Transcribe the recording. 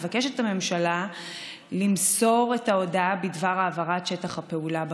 מבקשת הממשלה למסור את ההודעה בדבר העברת שטח הפעולה בכנסת.